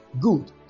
good